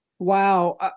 Wow